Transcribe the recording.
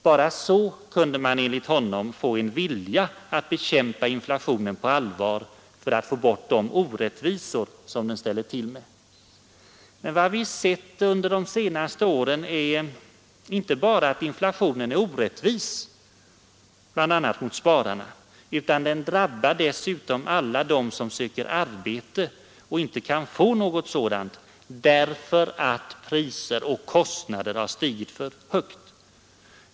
Bara så kunde man enligt honom få en vilja att bekämpa inflationen på allvar för att ta bort de orättvisor som den ställer till med. Men vad vi sett framför allt under de senaste åren är att inflationen inte bara är orättvis, bl.a. mot spararna, utan den drabbar dessutom alla som söker arbete och inte kan få något sådant — därför att priser och kostnader har stigit för högt.